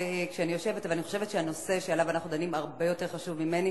אבל אני חושבת שהנושא שעליו אנחנו דנים הוא הרבה יותר חשוב ממני.